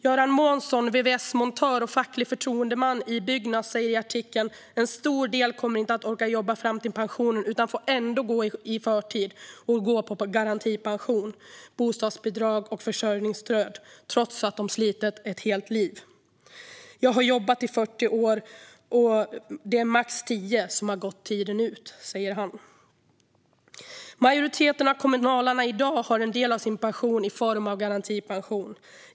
Göran Månsson, vvs-montör och facklig förtroendeman i Byggnads, säger i artikeln: En stor del kommer inte att orka jobba fram till pensionen utan får ändå gå i förtid och gå på garantipension, bostadsbidrag och försörjningsstöd trots att de slitit ett helt liv. Jag har jobbat i 40 år, och det är max tio stycken som har gått tiden ut, säger han. Majoriteten av kommunalarna i dag har en del av sin pension i form av garantipension.